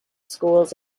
schools